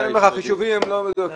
החישובים לא מדויקים.